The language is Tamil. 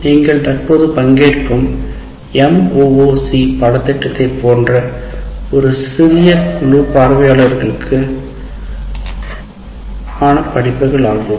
நீங்கள் தற்போது பங்கேற்கும் MOOC பாடத்திட்டத்தைப் போன்ற ஒரு சிறிய குழு பார்வையாளர்களுக்கான படிப்புகள் ஆகும்